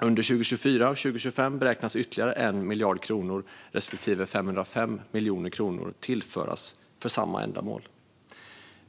Under 2024 och 2025 beräknas ytterligare 1 miljard kronor respektive 505 miljoner kronor tillföras för samma ändamål.